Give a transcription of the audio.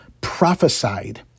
prophesied